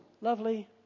Lovely